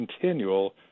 continual